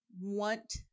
want